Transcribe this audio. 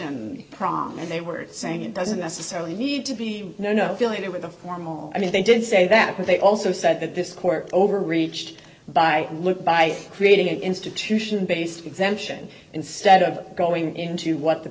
sham prom and they were saying it doesn't necessarily need to be no no feeling they were the formal i mean they didn't say that but they also said that this court overreached by look by creating an institution based exemption instead of going into what the